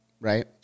right